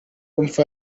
mpfa